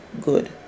good